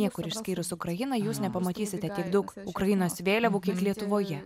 niekur išskyrus ukrainą jūs nepamatysite tiek daug ukrainos vėliavų kiek lietuvoje